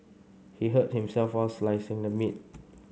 he hurt himself while slicing the meat